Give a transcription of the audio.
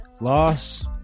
loss